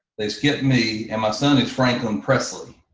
they skipped me and my son is franklin presley.